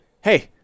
hey